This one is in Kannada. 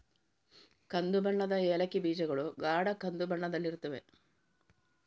ಕಂದು ಬಣ್ಣದ ಏಲಕ್ಕಿ ಬೀಜಗಳು ಗಾಢ ಕಂದು ಬಣ್ಣದಲ್ಲಿರುತ್ತವೆ